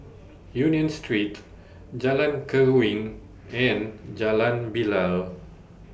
Union Street Jalan Keruing and Jalan Bilal